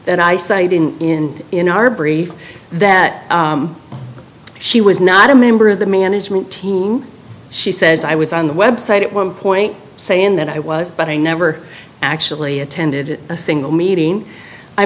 cited in in our brief that she was not a member of the management team she says i was on the website at one point saying that i was but i never actually attended a single meeting i